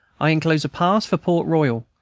i enclose a pass for port royal,